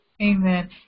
Amen